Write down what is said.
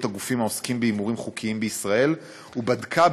הגופים העוסקים בהימורים חוקיים בישראל ובדקה,